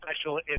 special